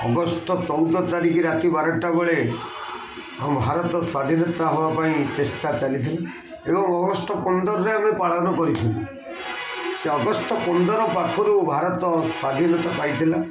August ଚଉଦ ତାରିଖ ରାତି ବାରଟା ବେଳେ ଭାରତ ସ୍ଵାଧୀନତା ହେବା ପାଇଁ ଚେଷ୍ଟା ଚାଲିଥିଲି ଏବଂ ଅଗଷ୍ଟ ପନ୍ଦରରେ ଆମେ ପାଳନ କରିଥିଲୁ ସେ ଅଗଷ୍ଟ ପନ୍ଦର ପାଖରୁ ଭାରତ ସ୍ୱାଧୀନତା ପାଇଥିଲା